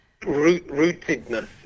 rootedness